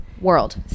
world